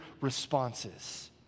responses